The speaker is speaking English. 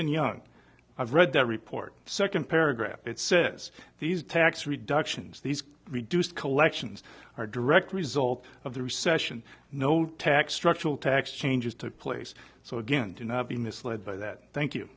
and young i've read the report second paragraph it says these tax reductions these reduced collections are direct result of the recession no tax structural tax changes took place so again do not be misled by that thank you